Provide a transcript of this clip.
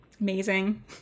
Amazing